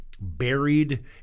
buried